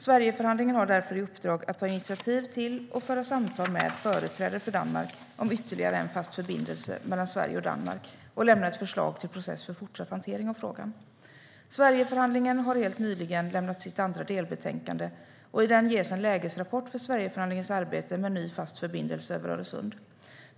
Sverigeförhandlingen har därför i uppdrag att ta initiativ till och föra samtal med företrädare för Danmark om ytterligare en fast förbindelse mellan Sverige och Danmark och att lämna ett förslag till process för fortsatt hantering av frågan. Sverigeförhandlingen har nyligen lämnat sitt andra delbetänkande. I det ges en lägesrapport för Sverigeförhandlingens arbete med en ny fast förbindelse över Öresund.